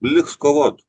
liks kovot